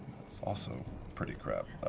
also pretty crap.